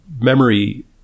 memory